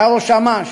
שהיה ראש אמ"ש.